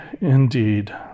indeed